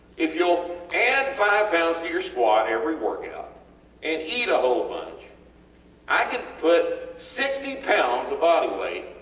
if youll add five lbs to your squat every workout and eat a whole bunch i can put sixty lbs of body weight,